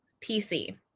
PC